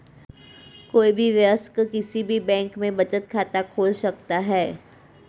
कोई भी वयस्क किसी भी बैंक में बचत खाता खोल सकता हैं